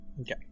okay